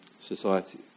society